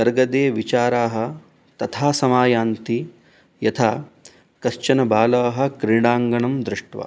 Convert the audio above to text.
कर्गजे विचाराः तथा समायान्ति यथा कश्चन बालाः क्रीडाङ्गणं दृष्ट्वा